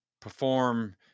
perform